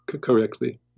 correctly